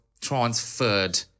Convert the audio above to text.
transferred